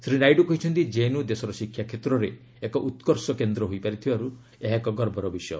ଶ୍ରୀ ନାଇଡୁ କହିଛନ୍ତି ଜେଏନ୍ୟୁ ଦେଶର ଶିକ୍ଷା କ୍ଷେତ୍ରରେ ଏକ ଉତ୍କର୍ଷ କେନ୍ଦ୍ର ହୋଇପାରିଥିବାରୁ ଏହା ଏକ ଗର୍ବର ବିଷୟ